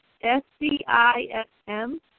S-C-I-S-M